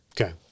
Okay